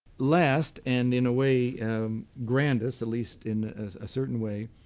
last, and in way grandest, at least in a certain way,